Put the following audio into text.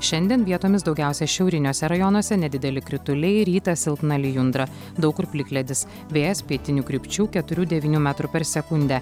šiandien vietomis daugiausia šiauriniuose rajonuose nedideli krituliai rytą silpna lijundra daug kur plikledis vėjas pietinių krypčiųketurių devynių metrų per sekundę